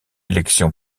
élection